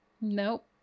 nope